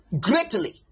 greatly